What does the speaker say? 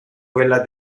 quella